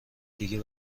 دیگه